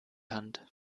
hand